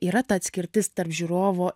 yra ta atskirtis tarp žiūrovo